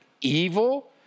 evil